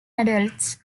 adults